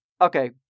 Okay